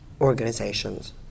organizations